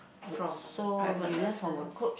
from private lessons